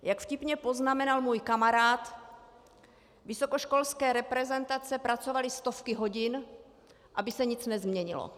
Jak vtipně poznamenal můj kamarád, vysokoškolské reprezentace pracovaly stovky hodin, aby se nic nezměnilo.